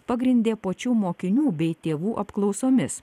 pagrindė pačių mokinių bei tėvų apklausomis